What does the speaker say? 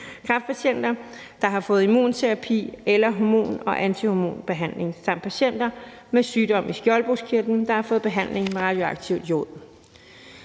kræftpatienter, der har fået immunterapi eller hormon- og antihormonbehandling samt patienter med sygdom i skjoldbruskkirtelen, der har fået behandling med radioaktivt jod.